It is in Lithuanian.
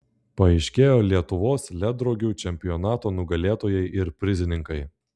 paaiškėjo lietuvos ledrogių čempionato nugalėtojai ir prizininkai